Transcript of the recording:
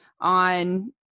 on